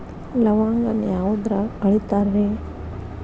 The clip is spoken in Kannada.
ಲವಂಗಾನ ಯಾವುದ್ರಾಗ ಅಳಿತಾರ್ ರೇ?